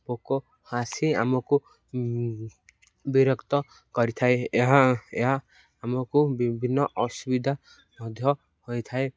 ପୋକ ଆସି ଆମକୁ ବିରକ୍ତ କରିଥାଏ ଏହା ଏହା ଆମକୁ ବିଭିନ୍ନ ଅସୁବିଧା ମଧ୍ୟ ହୋଇଥାଏ